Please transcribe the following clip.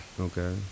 Okay